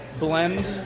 Blend